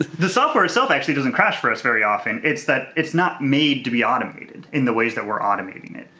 the software itself actually doesn't crash for us very often. it's that it's not made to be automated in the ways that we're automating it.